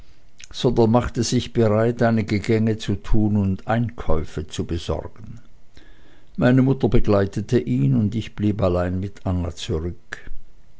sondern machte sich bereit einige gänge zu tun und einkäufe zu besorgen meine mutter begleitete ihn und ich blieb allein mit anna zurück